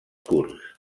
kurds